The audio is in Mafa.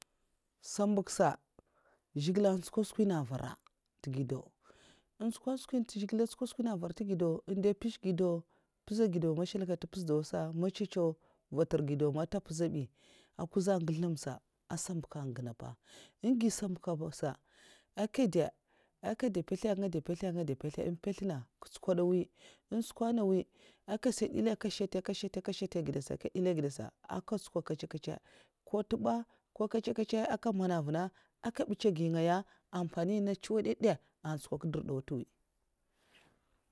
Sambak sa zhigilè n'tskodè suna a vara ntègi ndau anchèu sun'mana ntchèukad sa vara ntègi'dau mèshèlèka'mpèz'ma nchè nchèw va'ntur gidau man ntè pizhè bi sa a nkuza n ngèl nau sa an sambak n ginè pa n gi smbak a var sa nga mpèsla mpèsla nkè nchkwo da mwi ntskwai nènga mwi n ka suba suba n' akwai nkètsa nkètsa aka mana wvuna kè mbuts gi ngaya èn vuna